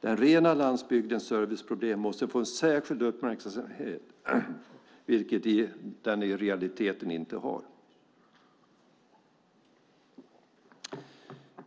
Den rena landsbygdens serviceproblem måste få en särskild uppmärksamhet, vilket de i realiteten inte har.